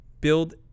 build